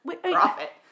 profit